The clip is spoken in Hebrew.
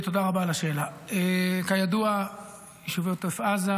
כבוד היושב-ראש,